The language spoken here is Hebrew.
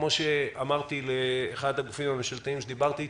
כמו שאמרתי לאחד הגופים איתו דיברתי: